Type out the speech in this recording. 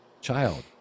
child